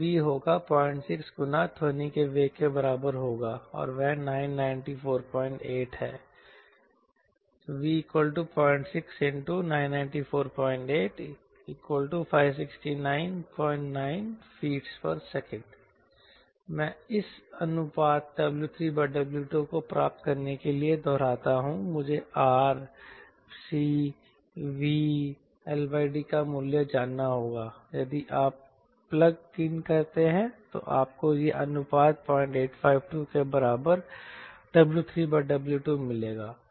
तो V होगा 06 गुना ध्वनि के वेग के बराबर होगा और वह 9948 है 𝑉06∗99485699 𝑓𝑡𝑠 मैं इस अनुपात W3W2 को प्राप्त करने के लिए दोहराता हूं मुझे R C V L D का मूल्य जानना होगा यदि आप प्लग इन करते हैं तो आपको यह अनुपात 0852 के बराबर W3W2 मिलेगा